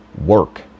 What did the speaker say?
Work